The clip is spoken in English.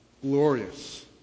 glorious